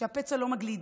שהפצע שלהן לא מגליד.